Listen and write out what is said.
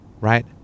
right